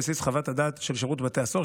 על בסיס חוות הדעת של שירות בתי הסוהר,